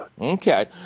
Okay